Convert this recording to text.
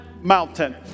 mountain